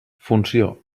funció